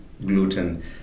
gluten